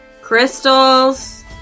Crystals